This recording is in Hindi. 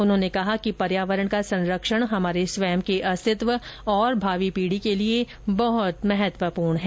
उन्होंने कहा कि पर्यावरण का संरक्षण हमारे स्वयं के अस्तित्व और भावी पीढी के लिए बहत महत्वूपर्ण है